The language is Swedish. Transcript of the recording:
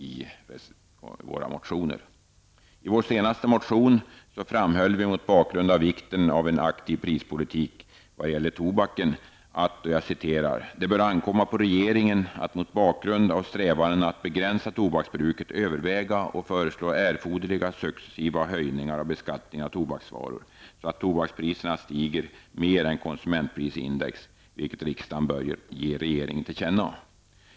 I vår senaste motion framhåller vi mot bakgrund av vikten av en aktiv prispolitik när det gäller tobaken följande: ''Det bör ankomma på regeringen att mot bakgrund av strävandena att begränsa tobaksbruket överväga och föreslå erforderliga successiva höjningar av beskattningen av tobaksvaror, så att tobakspriserna stiger mer än konsumentprisindex, vilket riksdagen bör ge regeringen till känna.''